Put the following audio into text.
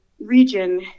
region